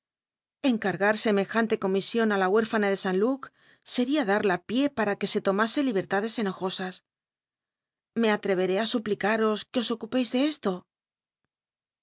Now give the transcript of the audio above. encargar semejante comision i la huérfana de san tuc seria darla pié para que se l omase libcr'ladcs enojosas lile atre'eré i suplicaros que os ocupcis de esto